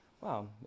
wow